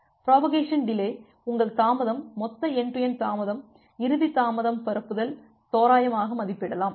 propagation delay உங்கள் தாமதம் மொத்த என்டு டு என்டு தாமதம் இறுதி தாமதம் பரப்புதல் தோராயமாக மதிப்பிடலாம்